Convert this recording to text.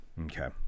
Okay